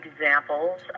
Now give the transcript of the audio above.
examples